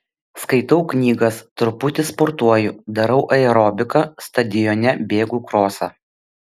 skaitau knygas truputį sportuoju darau aerobiką stadione bėgu krosą